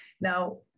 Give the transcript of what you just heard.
Now